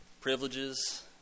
privileges